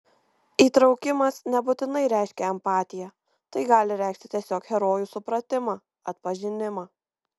įtraukimas nebūtinai reiškia empatiją tai gali reikšti tiesiog herojų supratimą atpažinimą